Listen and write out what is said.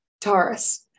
Taurus